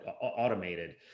automated